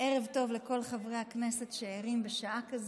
ערב טוב לכל חברי הכנסת שערים בשעה כזאת.